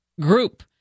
group